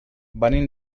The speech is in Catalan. venim